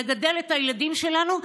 לגדל את הילדים שלנו,